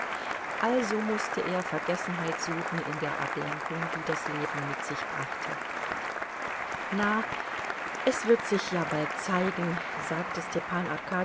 also mußte er vergessenheit suchen in der ablenkung die das leben mit sich brachte na es wird sich ja bald zeigen sagte